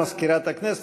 תודה למזכירת הכנסת.